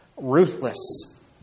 ruthless